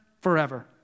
forever